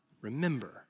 remember